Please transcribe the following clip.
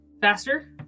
faster